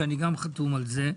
שאני גם חתום על זה.